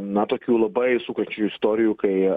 na tokių labai sukančių istorijų kai